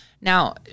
Now